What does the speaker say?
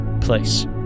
place